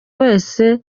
wese